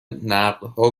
نقدها